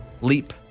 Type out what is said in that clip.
leap